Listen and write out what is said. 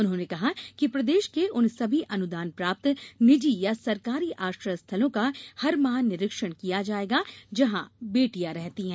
उन्होंने कहा कि प्रदेश के उन सभी अनुदान प्राप्त निजी या सरकारी आश्रय स्थलों का हर माह निरीक्षण किया जायेगा जहाँ बेटियां रहती हैं